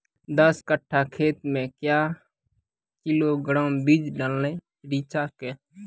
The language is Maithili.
दस कट्ठा खेत मे क्या किलोग्राम बीज डालने रिचा के?